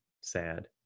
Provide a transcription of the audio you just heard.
sad